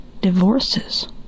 divorces